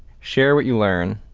share what you learn.